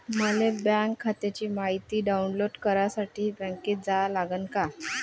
मले बँक खात्याची मायती डाऊनलोड करासाठी बँकेत जा लागन का?